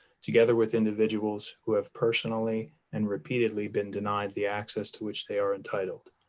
together with individuals who have personally and repeatedly been denied the access to which they are entitled.